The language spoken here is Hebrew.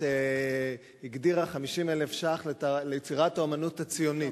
הגדירה "50,000 ש"ח ליצירת האמנות הציונית".